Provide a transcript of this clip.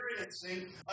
experiencing